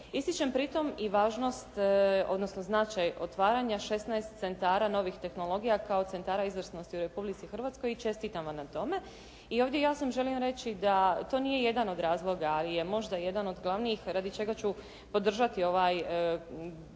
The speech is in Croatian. Ističem pritom i važnost odnosno značaj otvaranja šesnaest centara novih tehnologija kao centara izvrsnosti u Republici Hrvatskoj i čestitam vam na tome. I ovdje jasno želim reći da to nije jedan od razloga jer možda jedan od glavnih radi čega ću podržati ovaj